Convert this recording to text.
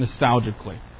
nostalgically